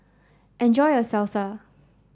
enjoy your Salsa